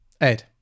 Ed